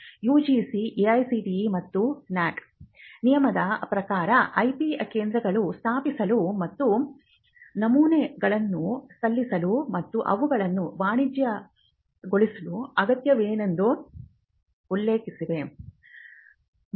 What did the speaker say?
UGC AICTE ಮತ್ತು NAAC ನಿಯಮದ ಪ್ರಕಾರ IP ಕೇಂದ್ರಗಳನ್ನು ಸ್ಥಾಪಿಸಲು ಮತ್ತು ನಮೂನೆಗಳನ್ನು ಸಲ್ಲಿಸಲು ಮತ್ತು ಅವುಗಳನ್ನು ವಾಣಿಜ್ಯೀಕರಣಗೊಳಿಸಲು ಅಗತ್ಯವೆಂದು ಉಲ್ಲೇಖಿಸಿವೆ